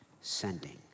sending